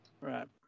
Right